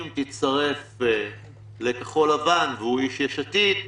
אם תצטרף לכחול לבן, והוא איש יש עתיד,